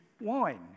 wine